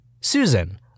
Susan